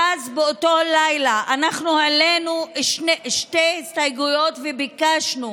ואז באותו לילה אנחנו העלינו שתי הסתייגויות וביקשנו,